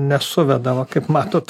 nesuveda va kaip matot